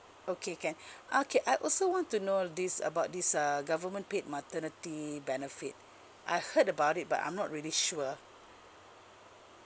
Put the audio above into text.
okay can okay I also want to know this about this uh government paid maternity benefit I heard about it but I'm not really sure